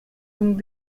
donc